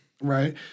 right